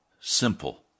simple